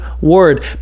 word